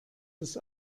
das